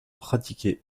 pratiqué